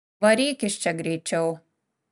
varyk iš čia greičiau